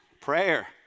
Prayer